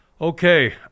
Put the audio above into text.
Okay